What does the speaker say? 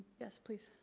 yes, please.